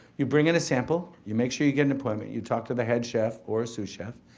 you bring in a sample. you make sure you get an appointment. you talk to the head chef, or a sous-chef,